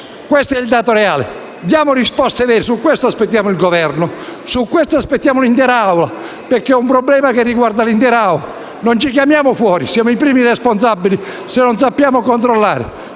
Questo è il dato reale. Diamo risposte vere. Su questo aspettiamo il Governo, su questo aspettiamo l'intera Assemblea, perché è un problema che riguarda l'intera Assemblea. Non ci chiamiamo fuori: siamo i primi responsabili se non sappiamo controllare.